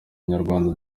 nyarwanda